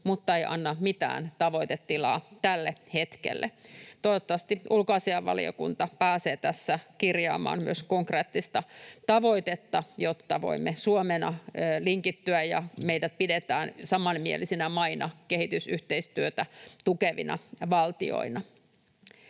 mutta ei anna mitään tavoitetilaa tälle hetkelle. Toivottavasti ulkoasiainvaliokunta pääsee tässä kirjaamaan myös konkreettista tavoitetta, jotta voimme Suomena linkittyä ja meitä pidetään samanmielisenä maana, kehitysyhteistyötä tukevana valtiona.